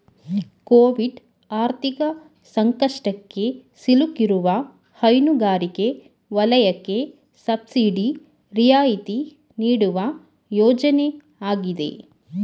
Covid ಆರ್ಥಿಕ ಸಂಕಷ್ಟಕ್ಕೆ ಸಿಲುಕಿರುವ ಹೈನುಗಾರಿಕೆ ವಲಯಕ್ಕೆ ಸಬ್ಸಿಡಿ ರಿಯಾಯಿತಿ ನೀಡುವ ಯೋಜನೆ ಆಗಿದೆ